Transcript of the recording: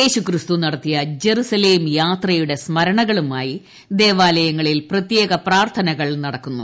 യേശുക്രിസ്തു നടത്തിയ ജറുസലേം യാത്രയുടെ സ്മരണകളുമായി ദേവാലയങ്ങളിൽ പ്രത്യേക പ്രാർത്ഥനകൾ നടക്കുന്നു